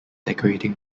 decorating